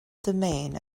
domain